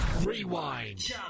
Rewind